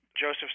Joseph